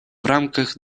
рамках